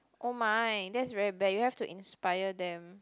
!oh my! that's very bad you have to inspire them